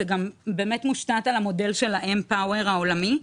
זה באמת מושתת על המודל של ה-אם פאוור העולמי.